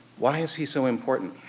why is he so important?